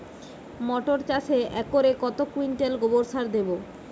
মটর চাষে একরে কত কুইন্টাল গোবরসার দেবো?